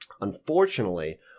Unfortunately